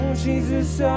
Jesus